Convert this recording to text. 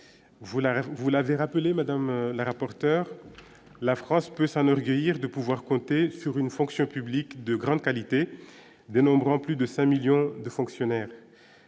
l'vous l'avez rappelé Madame la rapporteure, la France peut Sanofi guérir de pouvoir compter sur une fonction publique de grande qualité, dénombrant plus de 5 millions de fonctionnaires